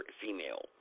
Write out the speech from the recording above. female